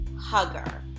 hugger